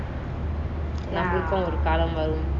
நமலுக்கும் ஒரு காலம் வரும்:namalukum oru kaalam varum